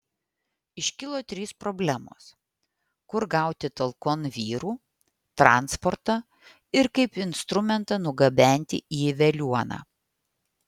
iškilo trys problemos kur gauti talkon vyrų transportą ir kaip instrumentą nugabenti į veliuoną